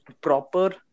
proper